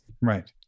Right